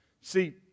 See